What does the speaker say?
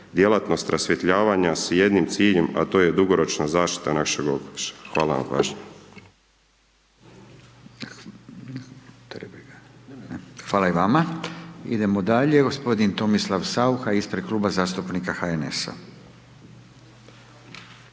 djelatnost rasvjetljavanja s jednim ciljem, a to je dugoročna zaštita našeg okoliša. Hvala na pažnji. **Radin, Furio (Nezavisni)** Hvala i vama. Idemo dalje, g. Tomislav Saucha, ispred kluba zastupnika HNS-a.